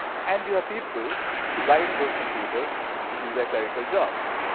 and you have people who guide those computers to do their clerical jobs.